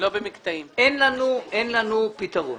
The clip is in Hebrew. אין לנו פתרון.